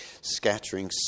Scattering